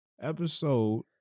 Episode